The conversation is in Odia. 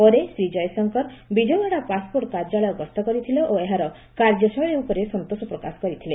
ପରେ ଶ୍ରୀ ଜୟଶଙ୍କର ବିଜୟୱାଡା ପାସ୍ପୋର୍ଟ୍ କାର୍ଯ୍ୟାଳୟ ଗସ୍ତ କରିଥିଲେ ଓ ଏହାର କାର୍ଯ୍ୟଶୈଳୀ ଉପରେ ସନ୍ତୋଷ ପ୍ରକାଶ କରିଥିଲେ